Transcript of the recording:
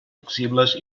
flexibles